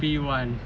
P one